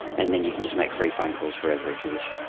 and then you can just make free phone calls forever if you wish.